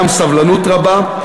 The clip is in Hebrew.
גם סבלנות רבה.